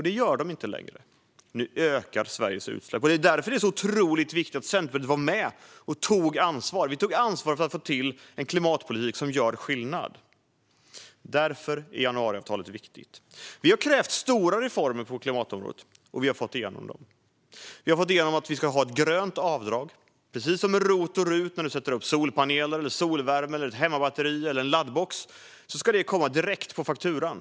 Det gör de inte längre. Nu ökar Sveriges utsläpp. Det är därför det är så otroligt viktigt att Centerpartiet var med och tog ansvar. Vi tog ansvar för att få till en klimatpolitik som gör skillnad. Därför är januariavtalet viktigt. Vi har krävt stora reformer på klimatområdet, och vi har fått igenom dem. Vi har fått igenom att vi ska ha ett grönt avdrag som fungerar som ROT och RUT. När man sätter upp solpaneler, solvärme, ett hemmabatteri eller en laddbox ska avdraget komma direkt på fakturan.